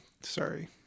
Sorry